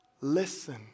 listen